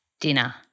dinner